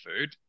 food